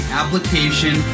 application